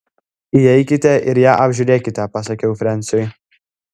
įeikite ir ją apžiūrėkite pasakiau frensiui